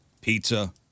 Pizza